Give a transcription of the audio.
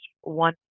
one